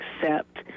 accept